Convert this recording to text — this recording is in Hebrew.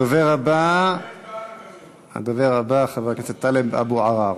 הדובר הבא חבר הכנסת טלב אבו עראר.